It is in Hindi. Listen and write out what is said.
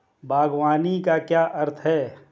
बागवानी का क्या अर्थ है?